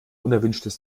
unerwünschtes